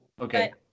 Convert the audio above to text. Okay